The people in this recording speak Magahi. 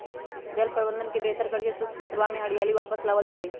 जल प्रबंधन के बेहतर करके शुष्क क्षेत्रवा में हरियाली वापस लावल जयते हई